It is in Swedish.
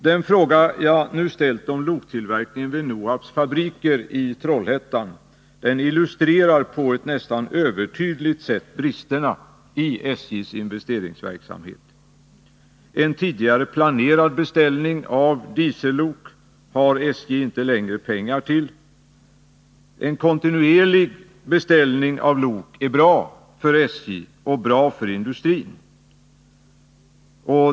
Den fråga jag nu ställt om loktillverkningen vid NOHAB:s fabriker i Trollhättan illustrerar på ett nästan övertydligt sätt bristerna i SJ:s investeringsverksamhet. 19 En tidigare planerad beställning av diesellok har SJ inte längre pengar till. En kontinuerlig beställning av lok är bra för SJ och bra för industrin.